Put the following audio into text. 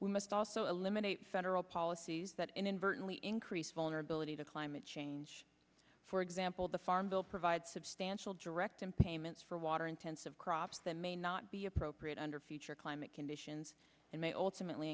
we must also eliminate federal policies that inadvertently increase vulnerability to climate change for example the farm bill provides substantial direct and payments for water intensive crops that may not be appropriate under future climate conditions and may ultimate